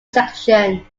section